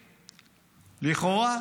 לכאורה.